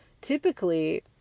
typically